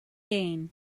gain